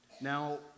Now